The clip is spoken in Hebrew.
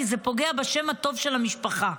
כי זה פוגע בשם הטוב של המשפחה,